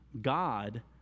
God